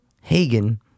Hagen